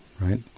right